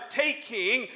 taking